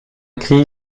cri